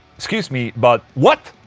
excuse me, but. what?